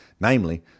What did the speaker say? namely